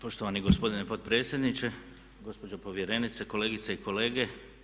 Poštovani gospodine potpredsjedniče, gospođo povjerenice, kolegice i kolege.